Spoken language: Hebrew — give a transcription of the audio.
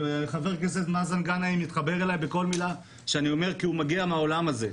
וחבר כנסת מאזן גנאים מתחבר לכל מילה שאני אומר כי הוא מגיע מהעולם הזה.